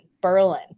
Berlin